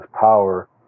power